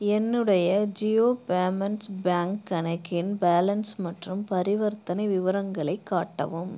என்னுடைய Jio payments bank கணக்கின் balance மற்றும் பரிவர்த்தனை விவரங்களை காட்டவும்